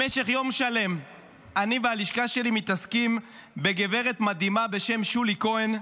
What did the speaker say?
במשך יום שלם אני והלשכה שלי מתעסקים בגברת מדהימה בשם שולי כהן,